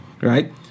right